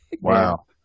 wow